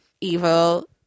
evil